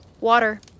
Water